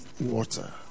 water